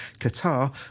Qatar